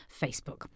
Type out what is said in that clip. Facebook